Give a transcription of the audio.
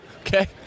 Okay